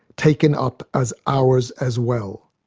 taken up as ours as well.